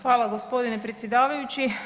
Hvala gospodine predsjedavajući.